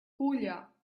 culla